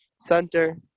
center